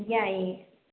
ꯌꯥꯏꯌꯦ